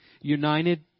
united